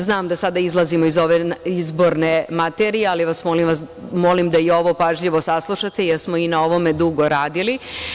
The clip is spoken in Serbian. Znam da sada izlazimo iz ove izborne materije, ali vas molim da i ovo pažljivo saslušate, jer smo i na ovome dugo radili.